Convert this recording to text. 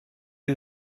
sie